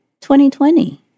2020